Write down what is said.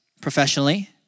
professionally